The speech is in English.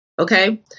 Okay